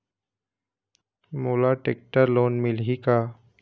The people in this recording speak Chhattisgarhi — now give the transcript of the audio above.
मोला टेक्टर लोन मिलही का?